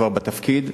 כבר בתפקיד,